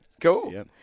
cool